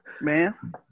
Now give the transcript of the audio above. Man